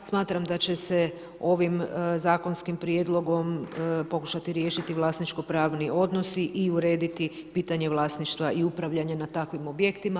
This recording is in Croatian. Smatram da će se ovim zakonskim prijedlogom pokušati riješiti vlasničko pravni odnosi i urediti pitanje vlasništva i upravljanje na takvim objektima.